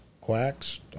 Quacks